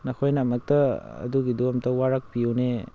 ꯅꯈꯣꯏꯅ ꯑꯃꯨꯛꯇ ꯑꯗꯨꯒꯤꯗꯣ ꯑꯝꯇ ꯋꯥꯔꯛꯄꯤꯌꯨꯅꯦ